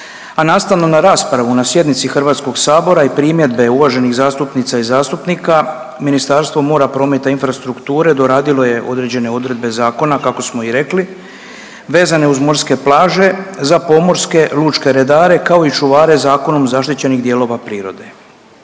a nastavno na raspravu na sjednici HS-a i primjedbe uvaženih zastupnica i zastupnika Ministarstva mora, prometa infrastrukture doradilo je određene odredbe zakona kako smo i rekli vezano uz morske plaže, za pomorske lučke redare kao i čuvare zakonom zaštićenih dijelova prirode.